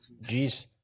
jeez